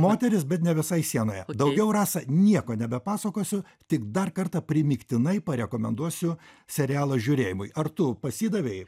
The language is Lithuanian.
moteris bet ne visai sienoje daugiau rasa nieko nebepasakosiu tik dar kartą primygtinai parekomenduosiu serialą žiūrėjimui ar tu pasidavei